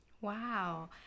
Wow